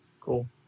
Cool